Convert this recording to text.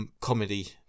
comedy